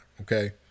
Okay